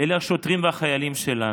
אלה השוטרים והחיילים שלנו.